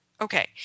Okay